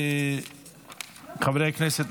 חברי הכנסת,